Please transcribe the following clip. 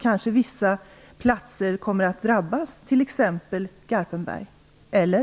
Vissa platser kanske kommer att drabbas, t.ex. Garpenberg - eller?